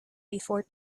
before